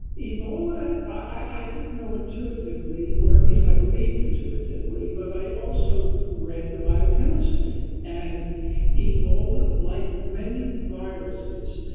ebola, i did know intuitively, or, at least, i believed intuitively, but i also read the biochemistry. and ebola, like many viruses,